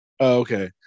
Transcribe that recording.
Okay